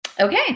Okay